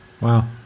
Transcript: Wow